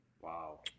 Wow